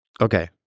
Okay